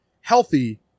healthy